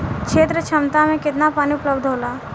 क्षेत्र क्षमता में केतना पानी उपलब्ध होला?